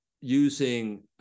using